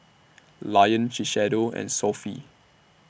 Lion Shiseido and Sofy